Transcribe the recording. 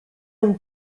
non